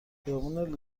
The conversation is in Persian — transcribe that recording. خیابان